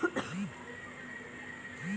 आजकल बहुत तरीके क ट्रैक्टर हौ